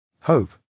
Hope